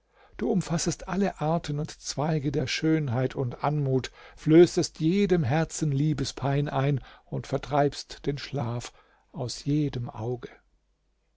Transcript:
du umfassest alle arten und zweige der schönheit und anmut flößest jedem herzen liebespein ein und vertreibst den schlaf aus jedem auge